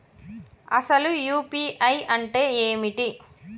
అసలు యూ.పీ.ఐ అంటే ఏమిటి?